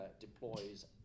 deploys